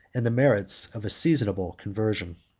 and the merits of a seasonable conversion.